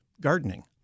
gardening